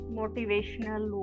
motivational